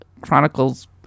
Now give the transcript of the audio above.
Chronicles